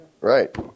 Right